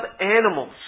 animals